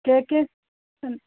के के सन्ति